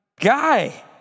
guy